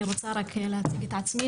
אני רוצה להציג את עצמי,